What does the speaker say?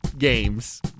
games